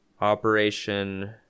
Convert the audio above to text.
Operation